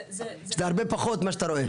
זה הרבה פחות ממה שאתה רואה.